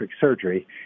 surgery